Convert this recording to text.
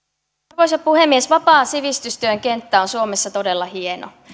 arvoisa puhemies vapaan sivistystyön kenttä on suomessa todella hieno